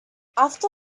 after